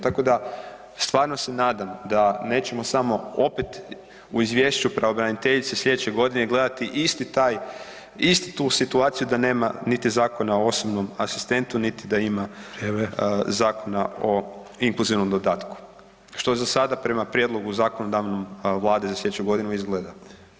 Tako da, stvarno se nadam da nećemo samo opet u izvješću pravobraniteljice sljedeće godine gledati isti taj, istu tu situaciju da nema niti zakona o osobnom asistentu niti da ima [[Upadica: Vrijeme.]] zakona o inkluzivnom dodatku, što za sada prema prijedlogu zakonodavnom Vlade za sljedeću godinu izgleda.